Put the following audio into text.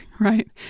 right